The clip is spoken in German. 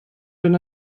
denn